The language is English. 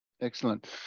Excellent